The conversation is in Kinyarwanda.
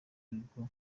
arirwo